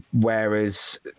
whereas